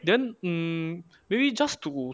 then mm maybe just to